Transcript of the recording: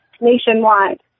nationwide